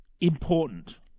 important